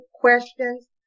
questions